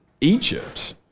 Egypt